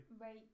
right